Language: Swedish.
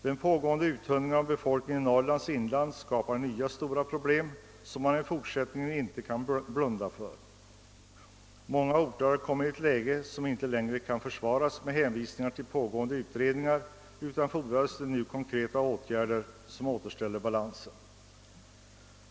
Den pågående uttunningen av befolkningen i Norrlands inland skapar nya stora problem som man i fortsättningen inte kan blunda för. Många orter har kommit i ett läge som inte längre kan försvaras med hänvisning till pågående utredningar — nu fordras det konkreta åtgärder som återställer balansen.